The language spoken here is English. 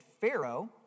Pharaoh